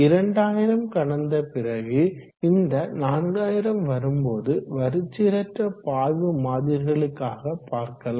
2000 கடந்த பிறகு இந்த 4000 வரும் போது வரிச்சீரற்ற பாய்வு மாதிரிகளுக்காக பார்க்கலாம்